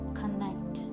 connect